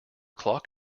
clock